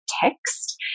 text